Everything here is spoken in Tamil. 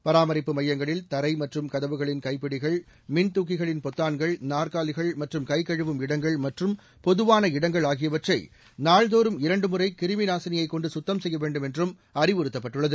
பராமரிப்பு மையங்களில் தரை மற்றும் கதவுகளின் கைப்பிடிகள் மின்துக்கிகளின் பொத்தான்கள் நாற்காலிகள் மற்றும் கைகழுவும் இடங்கள் மற்றும் பொதுவான இடங்கள் ஆகியவற்றை நாள்தோறும் இரண்டு முறை கிருமி நாசினியைக் கொண்டு சுத்தம் செய்ய வேண்டும் என்றும் அறிவுறுத்தப்பட்டுள்ளது